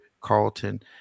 carlton